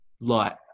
light